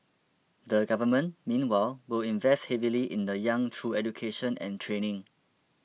the Government meanwhile will invest heavily in the young through education and training